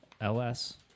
LS